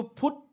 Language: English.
put